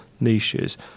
Niches